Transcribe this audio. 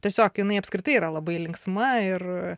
tiesiog jinai apskritai yra labai linksma ir